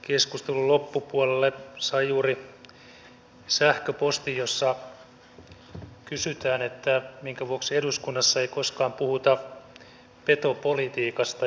sain juuri sähköpostin jossa kysytään minkä vuoksi eduskunnassa ei koskaan puhuta petopolitiikasta